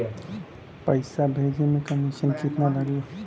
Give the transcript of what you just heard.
पैसा भेजे में कमिशन केतना लागि?